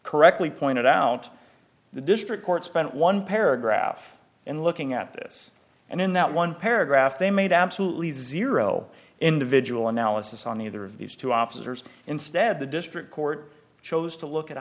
correctly pointed out the district court spent one paragraph in looking at this and in that one paragraph they made absolutely zero individual analysis on either of these two officers instead the district court chose to look at a